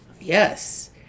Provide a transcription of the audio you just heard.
Yes